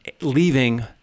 Leaving